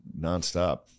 nonstop